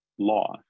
law